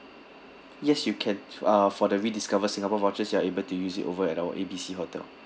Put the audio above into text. yes you can uh for the rediscover singapore vouchers you are able to use it over at our A B C hotel